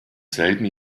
selben